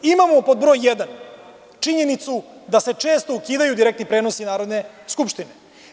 Imamo, pod broj jedan, činjenicu da se često ukidaju direktni prenosi Narodne skupštine.